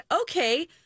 okay